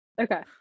Okay